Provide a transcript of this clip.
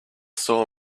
saw